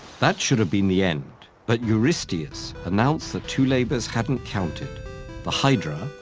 that should have been the end. but eurystheus announced that two labors hadn't counted the hydra,